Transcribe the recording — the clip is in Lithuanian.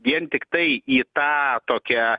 vien tiktai į tą tokią